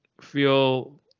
feel